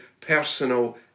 personal